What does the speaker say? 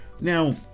now